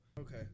Okay